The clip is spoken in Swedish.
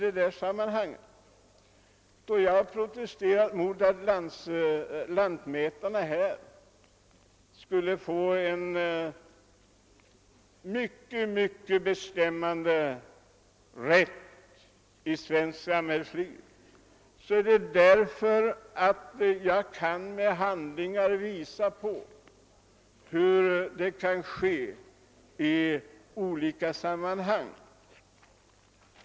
När jag har protesterat mot att lantmätarna skall få bestämmanderätt i svenskt samhällsliv, så har jag gjort det därför att jag med handlingar kan visa hur det i verkligheten kan gå till.